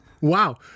Wow